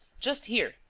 just here,